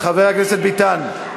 חבר הכנסת ביטן,